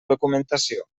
documentació